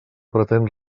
pretén